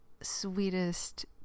sweetest